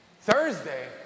Thursday